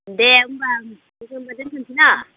दे होमब्ला आं बेखौनो दोनथ'नोसैना